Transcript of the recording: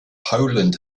poland